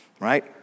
Right